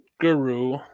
guru